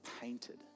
painted